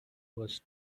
was